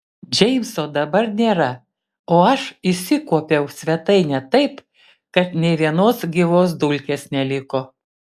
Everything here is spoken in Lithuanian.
džeimso dabar nėra o aš išsikuopiau svetainę taip kad nė vienos gyvos dulkės neliko